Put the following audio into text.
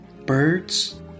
Birds